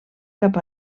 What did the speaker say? cap